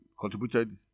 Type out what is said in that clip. contributed